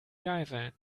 geiseln